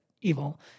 evil